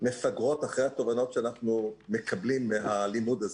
מפגרות אחרי התובנות שאנחנו מקבלים מהלימוד הזה.